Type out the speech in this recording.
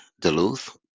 Duluth